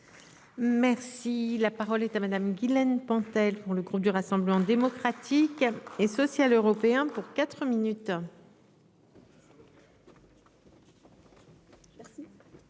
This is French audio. Merci la parole est à madame Guylaine Pentel pour le groupe du Rassemblement démocratique. Et social européen pour 4 minutes.